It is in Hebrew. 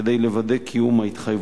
כדי לוודא את קיום ההתחייבויות,